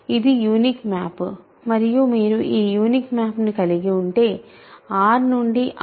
ఇది unique map మరియు మీరు ఈ యునీక్ మ్యాప్ ను కలిగి ఉంటే R నుండి RX1X2